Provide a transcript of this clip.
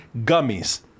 gummies